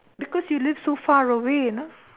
because you live so far away you know